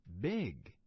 big